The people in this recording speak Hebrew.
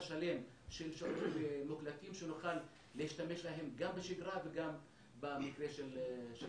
שלם של שיעורים מוקלטים שנוכל להשתמש בהם גם בשגרה וגם במקרה של חירום.